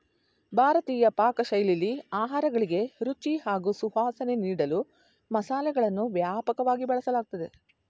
ಭಾರತೀಯ ಪಾಕಶೈಲಿಲಿ ಆಹಾರಗಳಿಗೆ ರುಚಿ ಹಾಗೂ ಸುವಾಸನೆ ನೀಡಲು ಮಸಾಲೆಗಳನ್ನು ವ್ಯಾಪಕವಾಗಿ ಬಳಸಲಾಗ್ತದೆ